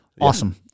Awesome